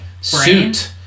suit